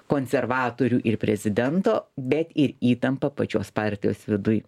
konservatorių ir prezidento bet ir įtampa pačios partijos viduj